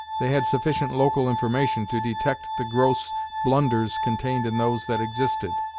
they had sufficient local information to detect the gross blunders contained in those that existed.